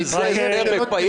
וזה יהיה --- הוגן,